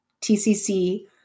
TCC